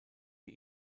die